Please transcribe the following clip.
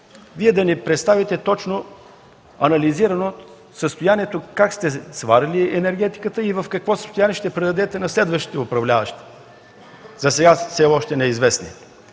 Вие да ни представите точно, анализирано състоянието как сте сварили енергетиката и в какво състояние ще я предадете на следващите управляващи – засега са все още неизвестни?